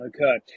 Okay